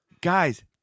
guys